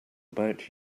about